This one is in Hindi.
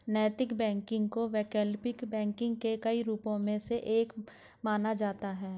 नैतिक बैंकिंग को वैकल्पिक बैंकिंग के कई रूपों में से एक माना जाता है